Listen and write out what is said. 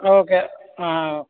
okay ആ